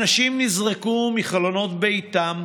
אנשים נזרקו מחלונות ביתם,